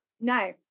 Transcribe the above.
no